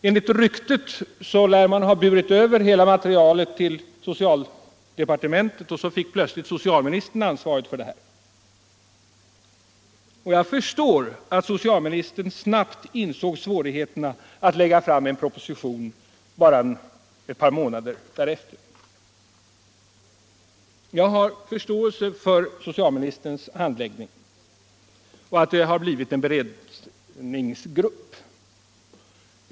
Enligt ryktet lär man ha burit över hela materialet till socialdepartementet, och så fick plötsligt socialministern ansvaret för detta. Och jag förstår att socialministern snabbt insåg svårigheterna med att lägga fram en proposition bara några månader därefter. Jag har alltså förståelse för socialministerns handläggning och för att det har blivit en beredningsgrupp.